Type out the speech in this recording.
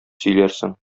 сөйләрсең